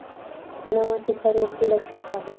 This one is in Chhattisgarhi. चना म सुखा रोग के लक्षण का हे?